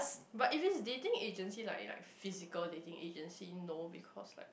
but if it's dating agency like like physical dating agency no because like